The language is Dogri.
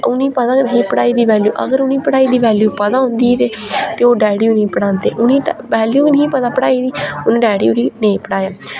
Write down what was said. उ'नेंगी पता गै नेही पढ़ाई दी वैल्यू अगर उ'नेंगी पढ़ाई दी वैल्यू पता होंदी ही ते ओह् डैढी होरेंगी पढ़ांदे उटनेंगी वैल्यू गे नेही पता पढ़ाई दी उटनें डैढी होरें गी नेईं पढ़ाया